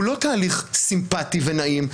הוא לא תהליך סימפטי ונעים.